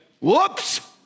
whoops